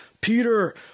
Peter